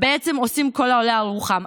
ועושים ככל העולה על רוחם.